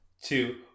two